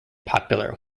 popular